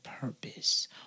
purpose